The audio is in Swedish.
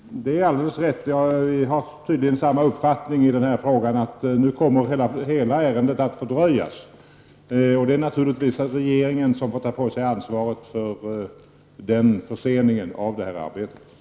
Herr talman! Det är alldeles rätt. Vi har tydligen samma uppfattning i frågan. Nu kommer hela ärendet att fördröjas, och den förseningen får naturligtvis regeringen ta på sig ansvaret för.